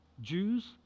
Jews